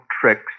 tricks